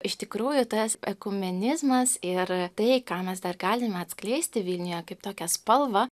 iš tikrųjų tas ekumenizmas ir tai ką mes dar galime atskleisti vilniuje kaip tokią spalvą